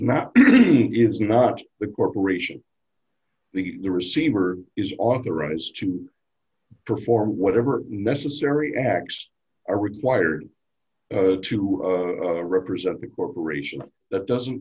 not is not the corporation the the receiver is authorized to perform whatever necessary acts are required to represent the corporation that doesn't